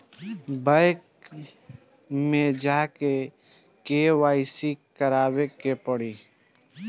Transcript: Bank मे जा के के.वाइ.सी करबाबे के पड़ी?